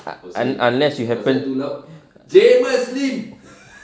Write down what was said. ah ah unless you happen